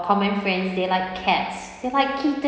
common friends they like cats they like kittens